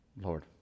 Lord